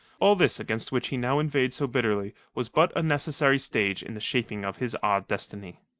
all this against which he now inveighed so bitterly was but a necessary stage in the shaping of his odd destiny.